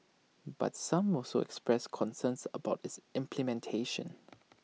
but some also expressed concerns about its implementation